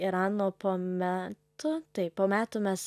irano po metų taip po metų mes